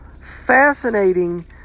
fascinating